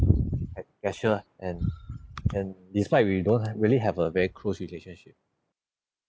ge~ gesture lah and and despite we don't have really have a very close relationship